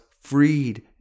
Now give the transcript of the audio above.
freed